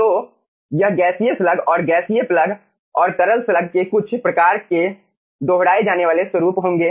तो यह गैसीय स्लग और गैसीय प्लग और तरल स्लग के कुछ प्रकार के दोहराए जाने वाले स्वरूप होंगे